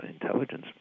intelligence